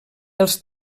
els